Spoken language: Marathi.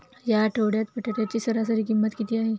या आठवड्यात बटाट्याची सरासरी किंमत किती आहे?